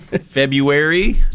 february